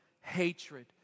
hatred